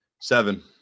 seven